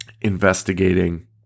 investigating